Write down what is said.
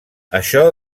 això